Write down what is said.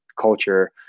culture